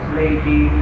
lady